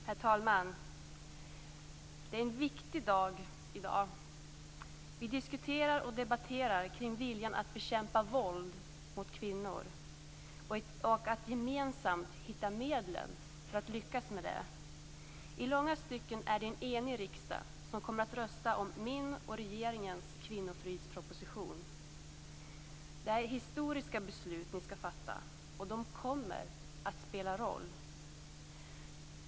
Herr talman! Det är en viktig dag i dag. Vi diskuterar och debatterar kring viljan att bekämpa våld mot kvinnor och att gemensamt hitta medlen för att lyckas med det. I långa stycken är det en enig riksdag som kommer att rösta om min och regeringens kvinnofridsproposition. Det är historiska beslut som ni skall fatta och de kommer att spela roll.